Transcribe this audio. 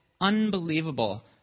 unbelievable